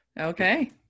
Okay